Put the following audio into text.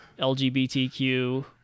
LGBTQ